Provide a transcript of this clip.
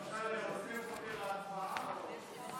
בעד, 15,